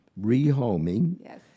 Rehoming